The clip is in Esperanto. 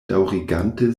daŭrigante